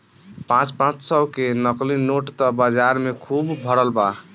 पाँच पाँच सौ के नकली नोट त बाजार में खुब भरल बा